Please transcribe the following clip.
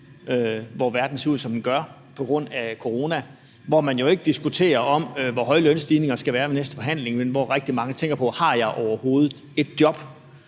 hvor verden ser ud, som den gør, på grund af corona, og hvor man jo ikke diskuterer, hvor høje lønstigningerne skal være ved næste forhandling, men hvor rigtig mange tænker på, om de overhovedet har et job.